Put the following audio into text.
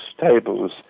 tables